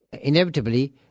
Inevitably